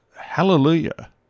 Hallelujah